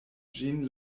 ĝin